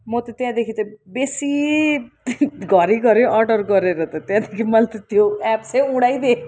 म त त्यहाँदेखि त बेसी घरिघरि अर्डर गरेर त त्यहाँदेखि मैले त त्यो एप्सै उडाइदिएँ